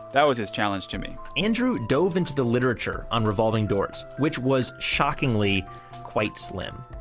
that was his challenge to me andrew dove into the literature on revolving doors which was shockingly quite slim.